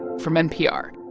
from npr